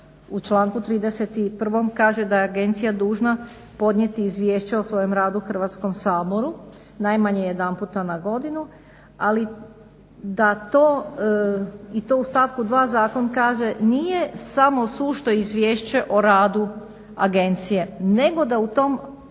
u članku 31.kaže da je "Agencija dužna podnijeti izvješće o svojem radu Hrvatskom saboru najmanje jedanput na godinu i to u stavku 2.zakon kaže nije samo sušto izvješće o radu agencije nego da u tom izvješću